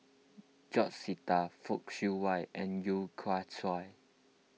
George Sita Fock Siew Wah and Yeo Kian Chai